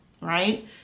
right